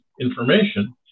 information